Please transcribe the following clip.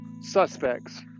suspects